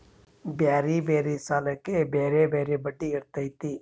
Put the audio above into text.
ಬ್ಯಾರೆ ಬ್ಯಾರೆ ಸಾಲಕ್ಕ ಬ್ಯಾರೆ ಬ್ಯಾರೆ ಬಡ್ಡಿ ಇರ್ತತೆ